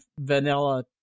vanilla